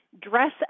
Dress